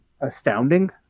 astounding